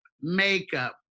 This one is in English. makeup